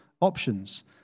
options